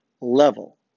level